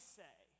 say